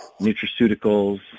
nutraceuticals